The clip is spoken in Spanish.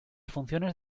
funciones